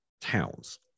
towns